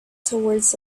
towards